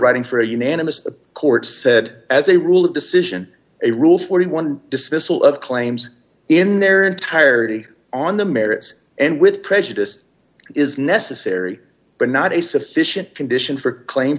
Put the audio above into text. writing for a unanimous court said as a rule that decision a rule forty one dollars dismissal of claims in their entirety on the merits and with prejudice is necessary but not a sufficient condition for claim